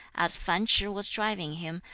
as fan ch'ih was driving him,